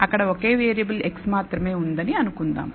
అక్కడ ఒకే variable x మాత్రమే ఉందని అనుకుందాం